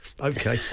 Okay